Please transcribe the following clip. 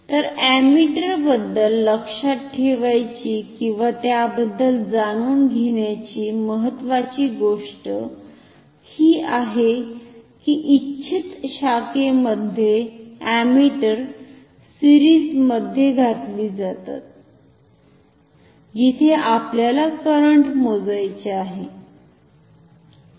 तर अमीटर्स बद्दल लक्षात ठेवायची किंवा त्याबद्दल जाणून घेण्याची महत्त्वाची गोष्ट ही आहे की इच्छित शाखे मध्ये अॅमिटर्स सिरिज मध्ये घातली जातात जिथे आपल्याला करंट मोजायचे आहे